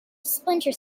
splinter